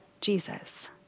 Jesus